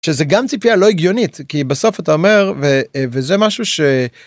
שזה גם ציפייה לא הגיונית כי בסוף אתה אומר וזה משהו ש...